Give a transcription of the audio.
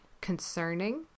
concerning